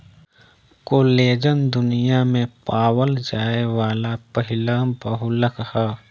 collagen दुनिया में पावल जाये वाला पहिला बहुलक ह